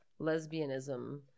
lesbianism